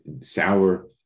sour